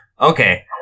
Okay